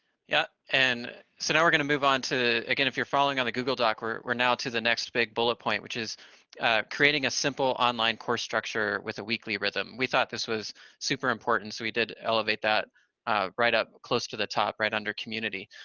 yeah and, so now we're going to move on to, again, if you're following on the google doc, we're we're now to the next big bullet point, which is creating a simple online course structure with a weekly rhythm. we thought this was super important, so we did elevate that right up close to the top, right under community,